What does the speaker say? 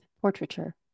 portraiture